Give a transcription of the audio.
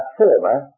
former